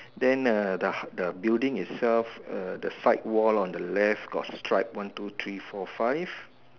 then the the building itself the side wall on the left got strap one two three four five